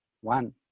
One